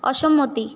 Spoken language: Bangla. অসম্মতি